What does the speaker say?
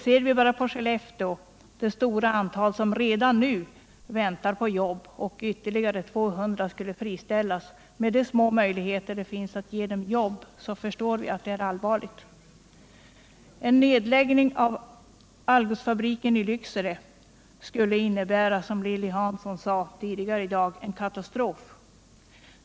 Ser vi bara på Skellefteå, där ett stort antal personer redan nu väntar på jobb och ytterligare 200 skulle friställas — och det finns små möjligheter att ge dem jobb — så förstår vi att det är allvarligt. En nedläggning av Algotsfabriken i Lycksele skulle, som Lilly Hansson sade tidigare i dag, innebära en katastrof.